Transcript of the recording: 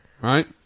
Right